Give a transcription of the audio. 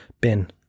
bin